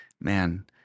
man